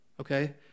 Okay